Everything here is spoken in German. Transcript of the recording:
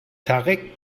tarek